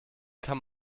kann